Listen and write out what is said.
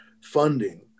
funding